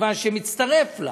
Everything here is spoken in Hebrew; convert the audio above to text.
מכיוון שמתווסף לה